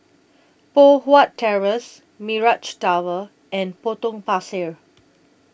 Poh Huat Terrace Mirage Tower and Potong Pasir